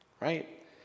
right